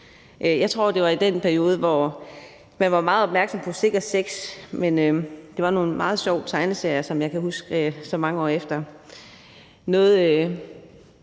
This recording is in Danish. Jeg tror, det var i den periode, hvor man var meget opmærksom på sikker sex, men det var nu en meget sjov tegneserie, som jeg kan huske her så mange år efter.